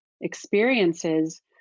experiences